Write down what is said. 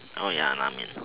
oh ya la-mian